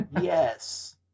Yes